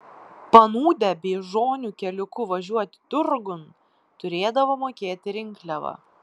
panūdę beižonių keliuku važiuoti turgun turėdavo mokėti rinkliavą